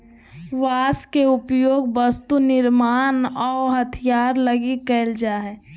बांस के उपयोग वस्तु निर्मान आऊ हथियार लगी कईल जा हइ